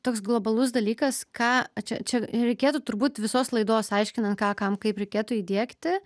toks globalus dalykas ką čia čia reikėtų turbūt visos laidos aiškinant ką kam kaip reikėtų įdiegti